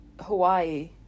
Hawaii